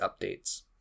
updates